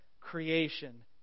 creation